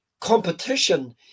competition